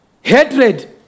Hatred